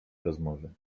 rozmowy